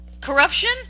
corruption